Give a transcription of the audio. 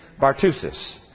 Bartusis